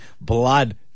Blood